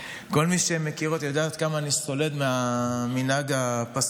כל מי שמכיר אותי יודע עד כמה אני סולד מהמנהג הפסול,